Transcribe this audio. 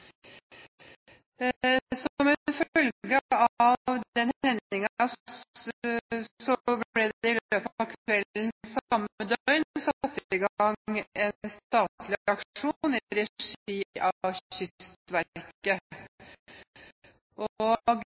Som en følge av denne hendelsen ble det i løpet av kvelden samme døgn satt i gang en statlig aksjon i regi av Kystverket.